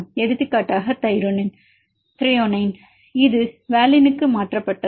எடுத்துக்காட்டாக இது Thr இது வேலினுக்கு மாற்றப்பட்டது